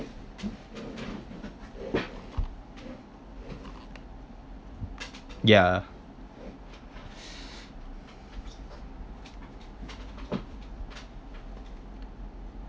yeah